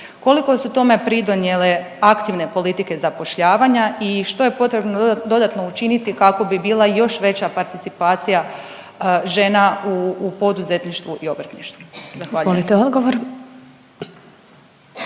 Koliko su tome pridonijele aktivne politike zapošljavanja i što je potrebno dodatno učiniti kako bi bila još veća participacija žena u poduzetništvu i obrtništvu. Zahvaljujem. **Glasovac,